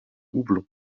houblon